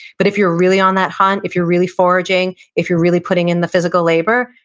but if you're really on that hunt, if you're really foraging, if you're really putting in the physical labor,